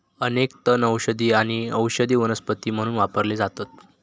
अनेक तण औषधी आणि औषधी वनस्पती म्हणून वापरले जातत